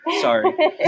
Sorry